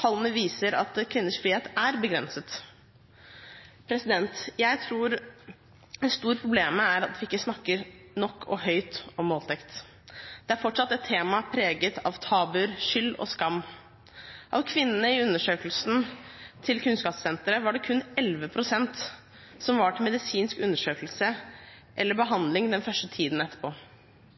Tallene viser at kvinners frihet er begrenset. Jeg tror det store problemet er at vi ikke snakker nok og høyt om voldtekt. Det er fortsatt et tema preget av tabuer, skyld og skam. Av kvinnene i undersøkelsen til kunnskapssenteret var det kun 11 pst. som var til medisinsk undersøkelse eller behandling den første tiden etterpå.